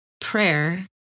prayer